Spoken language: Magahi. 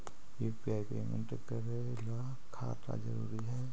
यु.पी.आई पेमेंट करे ला खाता जरूरी है?